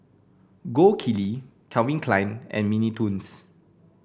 Gold Kili Calvin Klein and Mini Toons